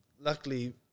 Luckily